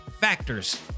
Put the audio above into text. factors